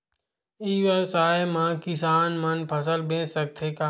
ई व्यवसाय म किसान मन फसल बेच सकथे का?